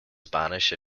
spanish